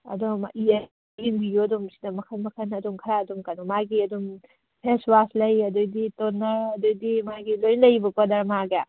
ꯑꯗꯣꯝ ꯌꯦꯡꯕꯤꯌꯨ ꯑꯗꯨꯃ ꯁꯤꯗ ꯃꯈꯜ ꯃꯈꯜ ꯑꯗꯨꯝ ꯈꯔ ꯑꯗꯨꯝ ꯀꯩꯅꯣ ꯃꯥꯒꯤ ꯑꯗꯨꯝ ꯐꯦꯁ ꯋꯥꯁ ꯂꯩ ꯑꯗꯨꯗꯩꯗꯤ ꯇꯣꯅꯔ ꯑꯗꯨꯗꯩꯗꯤ ꯃꯥꯒꯤ ꯂꯣꯏꯅ ꯂꯩꯕꯀꯣ ꯗꯔꯃꯥꯒꯤ